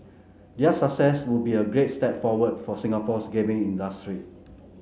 their success would be a great step forward for Singapore's gaming industry